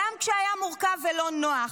גם כשהיה מורכב ולא נוח.